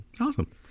Awesome